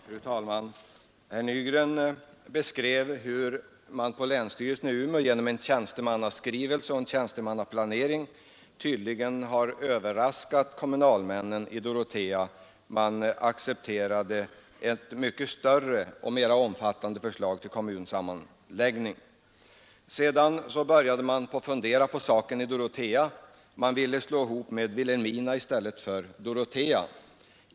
Fru talman! Herr Nygren beskrev hur man på länsstyrelsen i Umeå genom en tjänstemannaskrivelse och en tjänstemannaplanering tydligen överraskat kommunalmännen i Dorotea som till en början accepterade ett större och mera omfattande förslag till kommunsammanläggning. Därefter föreslogs Dorotea—Åsele—Fredrika. Sedan började man fundera på saken i Dorotea och ville gå samman med Vilhelmina i stället för med Åsele.